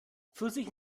pfirsich